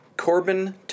Corbin